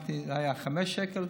זה היה חמישה שקלים,